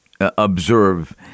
observe